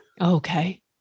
Okay